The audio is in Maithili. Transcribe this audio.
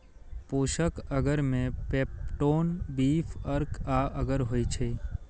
पोषक अगर मे पेप्टोन, बीफ अर्क आ अगर होइ छै